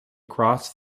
cross